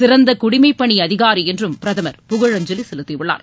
சிறந்த குடிமைப்பணி அதிகாரி என்றும் பிரதமர் புகழஞ்சலி செலுத்தியுள்ளார்